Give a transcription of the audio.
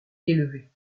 élevées